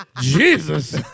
Jesus